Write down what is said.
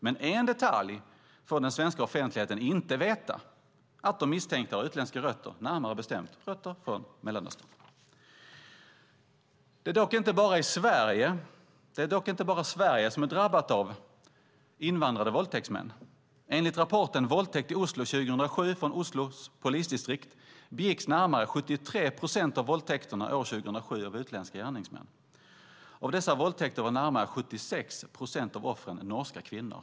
Men en detalj får den svenska offentligheten inte veta - att de misstänkta har utländska rötter, närmare bestämt rötter från Mellanöstern. Det är dock inte bara Sverige som är drabbat av invandrade våldtäktsmän. Enligt rapporten Voldtekt i Oslo 2007 från Oslos polisdistrikt begicks närmare 73 procent av våldtäkterna 2007 av utländska gärningsmän. Av dessa våldtäkter var närmare 76 procent av offren norska kvinnor.